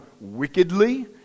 wickedly